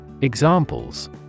Examples